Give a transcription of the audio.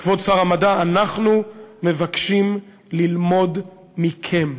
כבוד שר המדע, אנחנו מבקשים ללמוד מכם.